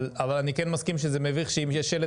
אבל אני כן מסכים שזה מביך שאם יש שלט